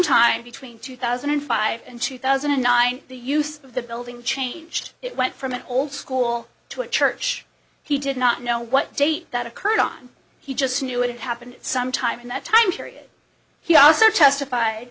sometime between two thousand and five and two thousand and nine the use of the building changed it went from an old school to a church he did not know what date that occurred on he just knew it happened sometime in that time period he also testif